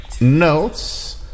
notes